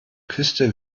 küste